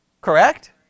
Correct